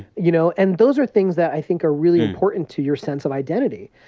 you know. and those are things that i think are really important to your sense of identity.